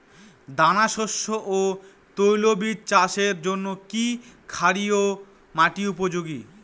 দানাশস্য ও তৈলবীজ চাষের জন্য কি ক্ষারকীয় মাটি উপযোগী?